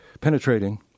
penetrating